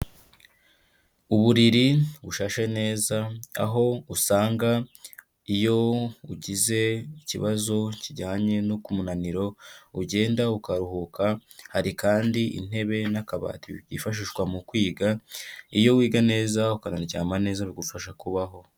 Uburiri bushashe neza aho usanga iyo ugize ikibazo kijyanye no ku munaniro ugenda ukaruhuka, hari kandi intebe n'akabati byifashishwa mu kwiga, iyo wiga neza ukanaryama neza bigufasha kubaho.